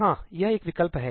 हाँ यह एक विकल्प है